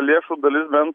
lėšų dalis bent